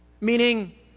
Meaning